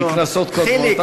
מכנסות קודמות,